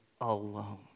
alone